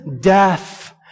death